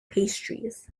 pastries